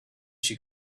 she